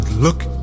Look